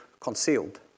concealed